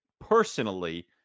personally